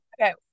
okay